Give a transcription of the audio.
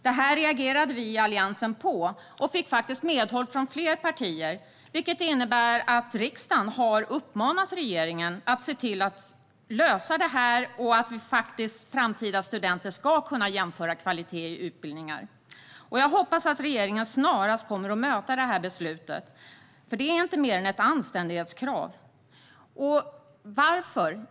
Detta reagerade vi i Alliansen på och fick faktiskt medhåll från fler partier, vilket innebär att riksdagen har uppmanat regeringen att se till att lösa detta, så att framtida studenter ska kunna jämföra kvalitet i utbildningar. Jag hoppas att regeringen snarast kommer att möta detta beslut, eftersom det inte är mer än ett anständighetskrav. Varför?